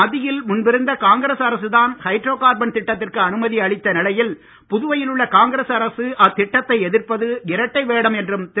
மத்தியில் முன்பிருந்த காங்கிரஸ் அரசுதான் ஹைட்ரோகார்பன் திட்டத்திற்கு அனுமதி அளித்த நிலையில் புதுவையில் உள்ள காங்கிரஸ் அரசு அத்திட்டத்தை எதிர்ப்பது இரட்டை வேடம் என்றும் திரு